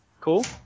Cool